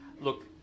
look